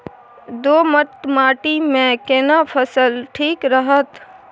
दोमट माटी मे केना फसल ठीक रहत?